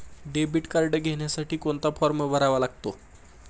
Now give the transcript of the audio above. Debit card घेण्यासाठी कोणता form भरावा लागतो?